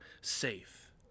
safe